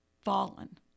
fallen